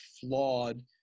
flawed